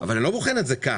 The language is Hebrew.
אבל אני לא בוחן את זה ככה,